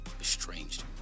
estranged